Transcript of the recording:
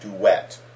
Duet